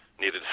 needed